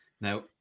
Now